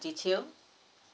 detail